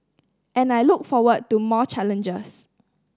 and I look forward to more challenges